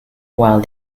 while